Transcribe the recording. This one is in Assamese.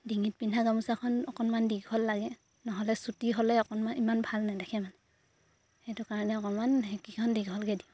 ডিঙিত পিন্ধা গামোচাখন অকণমান দীঘল লাগে নহ'লে চুটি হ'লে অকণমান ইমান ভাল নেদেখে মানে সেইটো কাৰণে অকণমান সেইকিখন দীঘলকে দিওঁ